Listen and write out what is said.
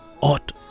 ought